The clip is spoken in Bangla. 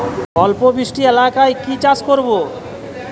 অল্প বৃষ্টি এলাকায় কি চাষ করব?